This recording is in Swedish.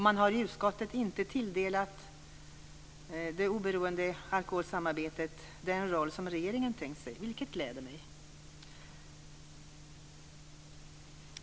Man har i utskottet inte tilldelat det oberoende alkoholsamarbetet den roll som regeringen tänkt sig, vilket gläder mig.